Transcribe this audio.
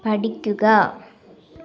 പഠിക്കുക